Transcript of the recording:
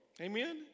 Amen